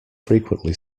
frequently